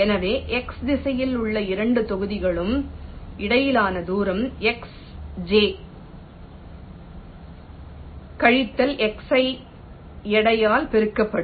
எனவே x திசையில் உள்ள இரண்டு தொகுதிகளுக்கும் இடையிலான தூரம் xj கழித்தல் xi எடையால் பெருக்கப்படும்